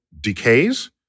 decays